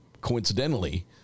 coincidentally